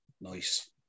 Nice